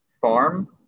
farm